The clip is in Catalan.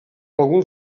algun